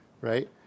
right